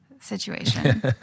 situation